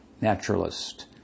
naturalist